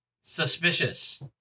suspicious